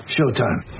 Showtime